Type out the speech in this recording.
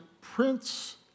Prince